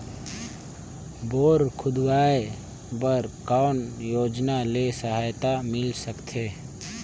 Bore खोदवाय बर कौन योजना ले सहायता मिल सकथे?